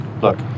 Look